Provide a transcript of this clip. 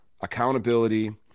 accountability